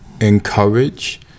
encourage